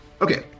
Okay